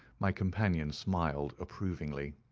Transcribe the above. my companion smiled approvingly.